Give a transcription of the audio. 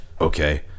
Okay